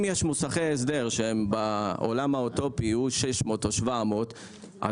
אם יש מוסכי הסדר שבעולם האוטופי יהיו 600 או 700 --- לא,